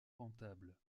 rentable